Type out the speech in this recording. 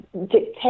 dictate